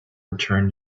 return